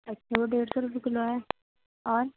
اچھا وہ ڈیڑھ سو روپے کیلو ہے اور